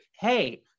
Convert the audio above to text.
hey